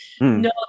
No